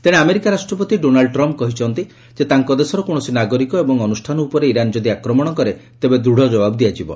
ତେଶେ ଆମେରିକା ରାଷ୍ଟ୍ରପତି Donald Trump କହିଛନ୍ତି ଯେ ତାଙ୍କ ଦେଶର କୌଣସି ନାଗରିକ ଏବଂ ଅନୁଷ୍ଠାନ ଉପରେ ଇରାନ୍ ଯଦି ଆକ୍ରମଣ କରେ ତେବେ ଦୃଢ଼ ଜବାବ ଦିଆଯିବ